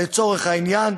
לצורך העניין,